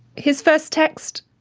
his first text?